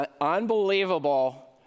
unbelievable